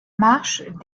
marches